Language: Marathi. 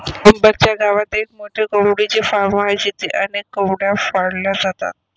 अंबर च्या गावात एक मोठे कोंबडीचे फार्म आहे जिथे अनेक कोंबड्या पाळल्या जातात